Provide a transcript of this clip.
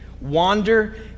wander